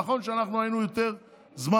נכון שאנחנו היינו יותר זמן,